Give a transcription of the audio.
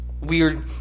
weird